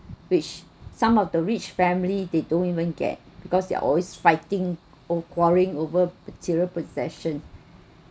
which some of the rich family they don't even get because they're always fighting or quarrying over material possession